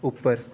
ਉੱਪਰ